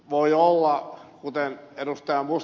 voi olla kuten ed